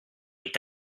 est